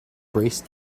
braced